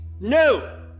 No